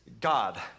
God